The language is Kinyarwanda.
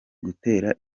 gutera